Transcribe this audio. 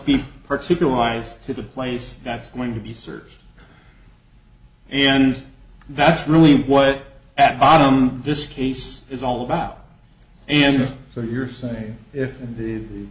be particularized to the place that's going to be served and that's really what at bottom this case is all about and so you're saying if